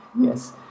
Yes